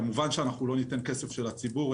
כמובן שאנחנו לא ניתן כסף של הציבור,